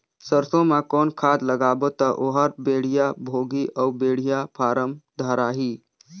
सरसो मा कौन खाद लगाबो ता ओहार बेडिया भोगही अउ बेडिया फारम धारही?